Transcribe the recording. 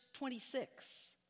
26